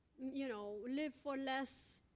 you know, live for less,